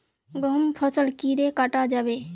गहुम फसल कीड़े कटाल जाबे?